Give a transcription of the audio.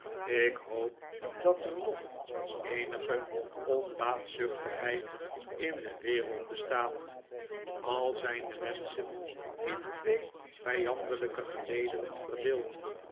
ik hoop dat er nog eenige onbaatzuchtigheid in de wereld bestaat al zijn de menschen in twee vijandelijke gelederen verdeeld